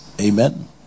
Amen